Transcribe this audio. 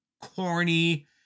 corny